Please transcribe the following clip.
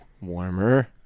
Warmer